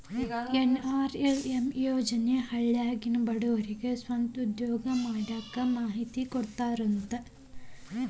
NRLM ಯೋಜನೆ ಹಳ್ಳ್ಯಾಗಿನ ಬಡವರಿಗೆ ಸ್ವಂತ ಉದ್ಯೋಗಾ ಮಾಡಾಕ ಮಾಹಿತಿ ಕೊಡಾಕ ಸಹಾಯಾ ಮಾಡ್ತದ